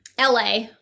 LA